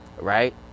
Right